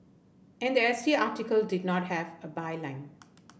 and the S T article did not have a byline